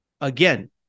again